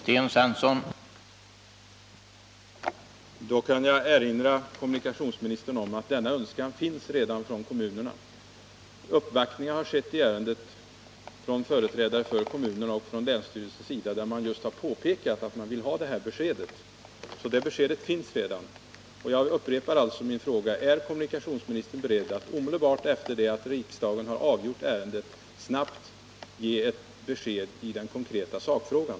Herr talman! Då kan jag erinra kommunikationsministern om att kommunerna har denna önskan. Uppvaktningar i ärendet har skett med företrädare för kommunerna och länsstyrelserna. Därvid har man just pekat på att man vill ha det här beskedet. Jag upprepar därför min fråga: Är kommunikationsministern beredd att omedelbart efter det att riksdagen har avgjort ärendet snabbt ge ett besked i den konkreta sakfrågan?